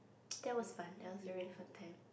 that was fun that was a really fun time